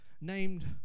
named